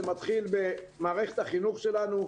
זה מתחיל במערכת החינוך שלנו,